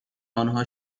آنها